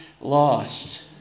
lost